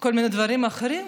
כל מיני דברים אחרים.